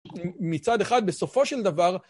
מצד אחד, בסופו של דבר